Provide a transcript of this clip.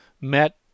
met